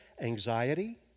Anxiety